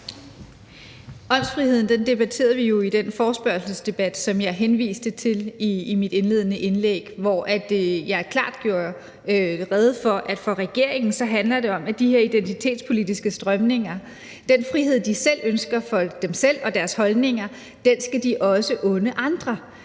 Åndsfriheden debatterede vi jo i den forespørgselsdebat, som jeg henviste til i mit indledende indlæg, hvor jeg klart gjorde rede for, at for regeringen handler det i forbindelse med de her identitetspolitiske strømninger om, at de også skal unde andre den frihed, de ønsker for sig selv og deres holdninger. Altså, det er